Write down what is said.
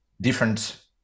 different